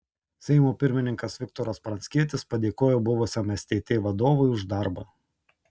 seimo pirmininkas viktoras pranckietis padėkojo buvusiam stt vadovui už darbą